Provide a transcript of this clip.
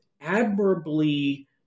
admirably